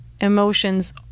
emotions